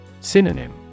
Synonym